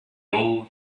old